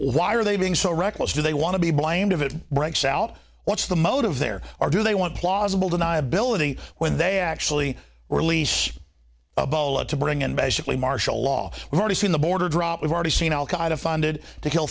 why are they being so reckless do they want to be blamed if it breaks out what's the motive there are do they want plausible deniability when they actually release a ball and to bring and basically martial law we've already seen the border drop we've already seen al qaeda funded to kill